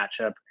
matchup